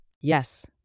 Yes